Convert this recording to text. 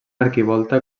arquivolta